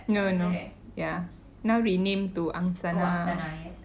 no no ya now renamed to angsana